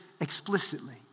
explicitly